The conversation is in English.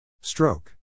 Stroke